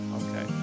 okay